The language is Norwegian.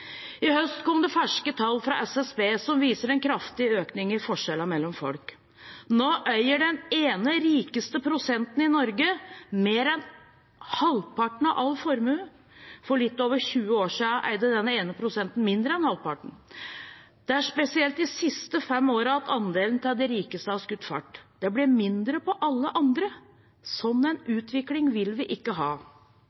I høst kom det ferske tall fra SSB som viser en kraftig økning i forskjellene mellom folk. Nå eier den ene rikeste prosenten i Norge mer enn halvparten av all formue. For litt over 20 år siden eide denne ene prosenten mindre enn halvparten. Det er spesielt de siste fem årene at andelen til de rikeste har skutt fart. Da blir det mindre på alle andre. En sånn